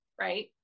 right